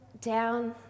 down